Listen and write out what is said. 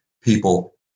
people